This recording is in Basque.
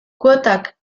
kuotak